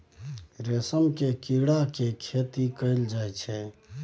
रेशम केर कीड़ा केर खेती कएल जाई छै